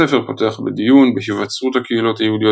הספר פותח בדיון בהיווצרות הקהילות היהודיות